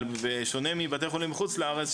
אבל בשונה מבתי חולים בחוץ לארץ,